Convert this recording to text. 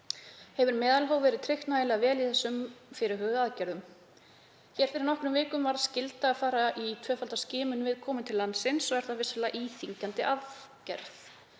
Hefur meðalhóf verið tryggt nægilega vel í þessum fyrirhuguðu aðgerðum? Hér fyrir nokkrum vikum varð skylda að fara í tvöfalda skimun við komu til landsins og er það vissulega íþyngjandi aðgerð.